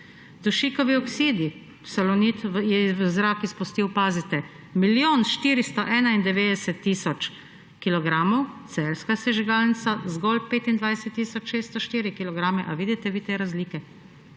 Dušikovi oksidi, Salonit je v zrak izpustil – pazite –, milijon 491 tisoč kilogramov, celjska sežigalnica zgolj 25 tisoč 604 kilograme. Ali vidite vi te razlike?